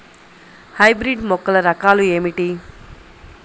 Hybrid మొక్కల రకాలు ఏమిటీ?